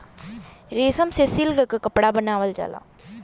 रेशम से सिल्क के कपड़ा बनावल जाला